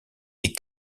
des